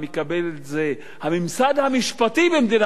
הממסד המשפטי במדינת ישראל ותיכף,